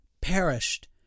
perished